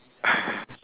ah